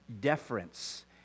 deference